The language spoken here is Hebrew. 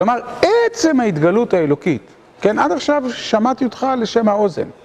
כלומר, עצם ההתגלות האלוקית, עד עכשיו שמעתי אותך לשם האוזן.